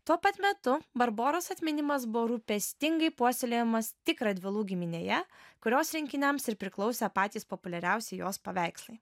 tuo pat metu barboros atminimas buvo rūpestingai puoselėjamas tik radvilų giminėje kurios rinkiniams ir priklausė patys populiariausi jos paveikslai